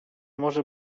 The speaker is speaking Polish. może